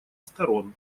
сторон